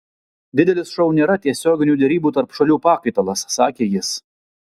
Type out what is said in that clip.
didelis šou nėra tiesioginių derybų tarp šalių pakaitalas sakė jis